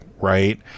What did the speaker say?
right